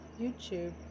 YouTube